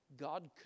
God